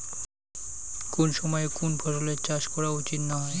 কুন সময়ে কুন ফসলের চাষ করা উচিৎ না হয়?